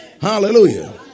Hallelujah